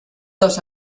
los